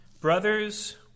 brothers